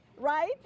right